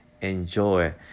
Enjoy